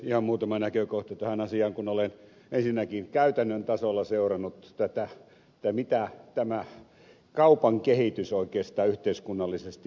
ihan muutama näkökohta tähän asiaan kun olen ensinnäkin käytännön tasolla seurannut mitä tämä kaupan kehitys oikeastaan yhteiskunnallisesti merkitsee